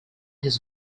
his